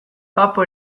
bapo